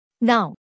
Now